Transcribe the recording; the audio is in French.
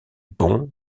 bon